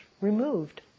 removed